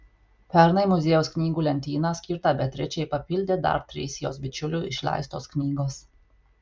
pernai muziejaus knygų lentyną skirtą beatričei papildė dar trys jos bičiulių išleistos knygos